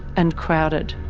and crowded.